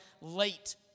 late